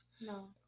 no